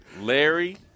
Larry